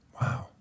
Wow